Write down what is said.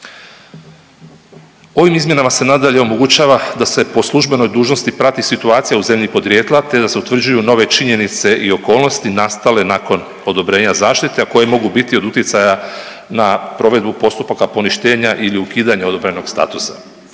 Ovim izmjenama se nadalje omogućava da se po službenoj dužnosti prati situacija u zemlji podrijetla, te da se utvrđuju nove činjenice i okolnosti nastale nakon odobrenja zaštite, a koje mogu biti od utjecaja na provedbu postupaka poništenja ili ukidanja odobrenog statusa.